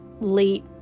late